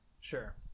Sure